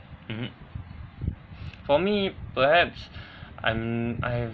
mmhmm for me perhaps I'm I've